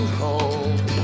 home